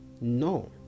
No